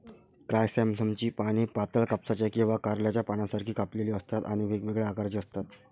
क्रायसॅन्थेममची पाने पातळ, कापसाच्या किंवा कारल्याच्या पानांसारखी कापलेली असतात आणि वेगवेगळ्या आकाराची असतात